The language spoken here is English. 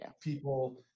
people